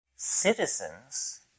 Citizens